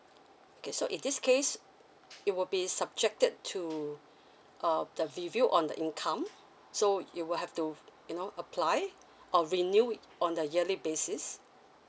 okay so in this case it will be subjected to uh the review on the income so you will have to you know apply or renew on a yearly basis